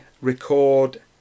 record